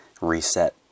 reset